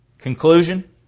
Conclusion